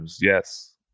Yes